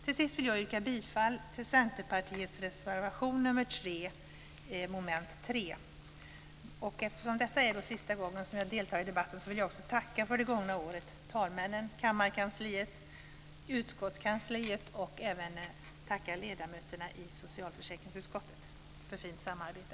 Till sist vill jag yrka bifall till Centerpartiets reservation nr 3 under mom. 3. Eftersom detta är sista gången jag deltar i debatten vill jag också tacka talmännen, kammarkansliet och utskottskansliet för det gångna året. Jag vill även tacka ledamöterna i socialförsäkringsutskottet för fint samarbete.